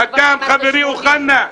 חתם חברי אוחנה,